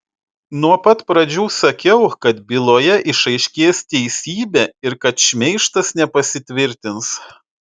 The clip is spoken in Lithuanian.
nuo pat pradžių sakiau kad byloje išaiškės teisybė ir kad šmeižtas nepasitvirtins